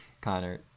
Connor